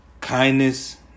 Kindness